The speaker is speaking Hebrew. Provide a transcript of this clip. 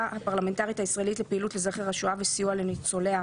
הפרלמנטרית הישראלית לפעילות לזכר השואה וסיוע לניצולים,